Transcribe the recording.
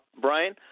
Brian